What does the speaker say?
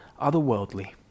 otherworldly